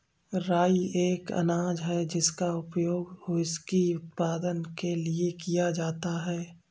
राई एक अनाज है जिसका उपयोग व्हिस्की उत्पादन के लिए किया जाता है